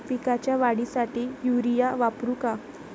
पिकाच्या वाढीसाठी युरिया वापरू का?